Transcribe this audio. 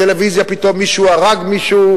כשאתה רואה רק בטלוויזיה פתאום שמישהו הרג מישהו,